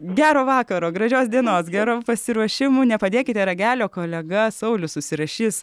gero vakaro gražios dienos gero pasiruošimų nepadėkite ragelio kolega saulius užsirašys